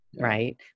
right